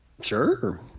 Sure